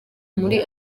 muri